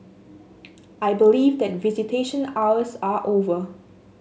I believe that visitation hours are over